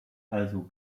also